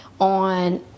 on